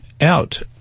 out